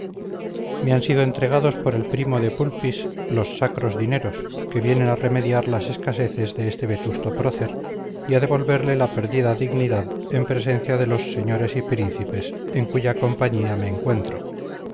me han sido entregados por el primo de pulpis los sacros dineros que vienen a remediar las escaseces de este vetusto prócer y a devolverle la perdida dignidad en presencia de los señores y príncipes en cuya compañía me encuentro